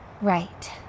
Right